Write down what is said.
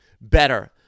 better